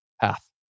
path